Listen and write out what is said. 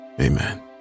Amen